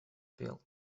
пел